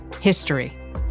history